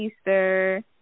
Easter